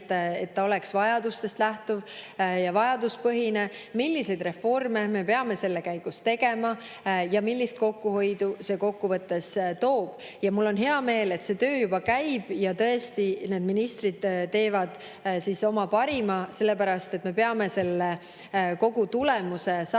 et see oleks vajadustest lähtuv, vajaduspõhine, ja milliseid reforme me peame selle käigus tegema ning millist kokkuhoidu see kokkuvõttes toob. Mul on hea meel, et see töö juba käib ja tõesti need ministrid teevad oma parima, sellepärast et me peame saama tulemuse ikkagi